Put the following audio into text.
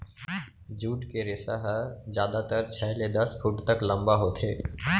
jute के रेसा ह जादातर छै ले दस फूट तक लंबा होथे